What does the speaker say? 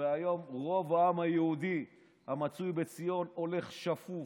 והיום רוב העם היהודי המצוי בציון הולך שפוף,